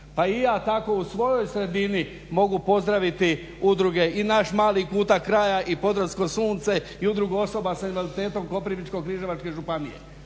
pa i ja tako u svojoj sredini mogu pozdraviti i Udruge i Naš mali kutak kraja i Podravsko sunce i Udruga osoba s invaliditetom Koprivničko-križevačke županije.